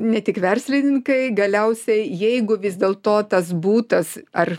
ne tik verslininkai galiausiai jeigu vis dėl to tas butas ar